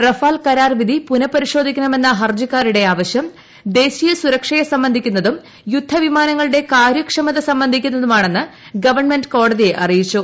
Rafale കരാർ വിധി പുനഃപരിശ്ലോധീക്കണമെന്ന ഹർജിക്കാരുടെ ആവശ്യം ദേശീയ സുരക്ഷ്ട്രെയ് സംബന്ധിക്കുന്നതും യുദ്ധവിമാനങ്ങളുടെ കാര്യക്ഷമത സംബന്ധിക്കുന്നതുമാണെന്ന് ഗവൺമെന്റ് കോടതിയ്ക്ക് അറിയിച്ചു